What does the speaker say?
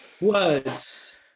Words